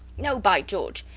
no, by george!